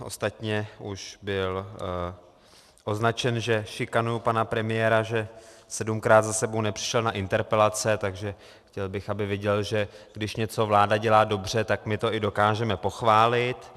Ostatně jsem už byl označen, že šikanuji pana premiéra, že sedmkrát za sebou nepřišel na interpelace, takže chtěl bych, aby viděl, že když něco vláda dělá dobře, tak my to i dokážeme pochválit.